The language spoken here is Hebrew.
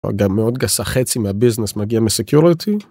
גם מאוד גסה חצי מהביזנס מגיע מסקיורטי.